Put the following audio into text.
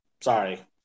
Sorry